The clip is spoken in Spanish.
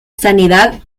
sanidad